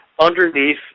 underneath